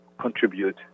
contribute